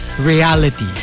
reality